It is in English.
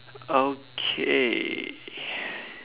okay